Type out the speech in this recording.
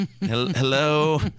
Hello